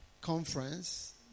conference